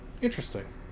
interesting